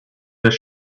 this